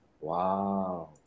Wow